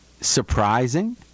surprising